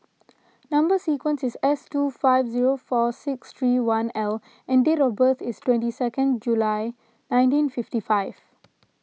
Number Sequence is S two five zero four six three one L and date of birth is twenty second July nineteen fifty five